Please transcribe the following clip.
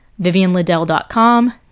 VivianLiddell.com